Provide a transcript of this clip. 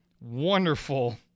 wonderful